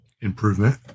improvement